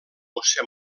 josé